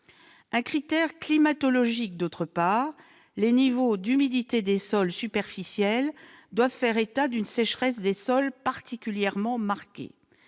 un critère climatologique, d'autre part : les niveaux d'humidité des sols superficiels doivent faire état d'une sécheresse des sols particulièrement marquée.